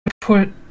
put